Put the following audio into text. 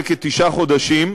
זה כתשעה חודשים,